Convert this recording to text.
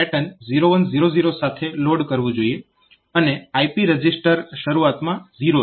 તો આ હેતુ માટે CS રજીસ્ટરને પેટર્ન 0100 સાથે લોડ કરવું જોઈએ અને IP રજીસ્ટર શરૂઆતમાં 0 છે